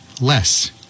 less